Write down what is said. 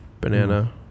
banana